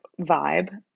vibe